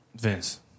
Vince